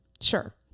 Sure